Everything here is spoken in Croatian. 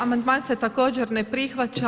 Amandman se također ne prihvaća.